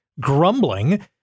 grumbling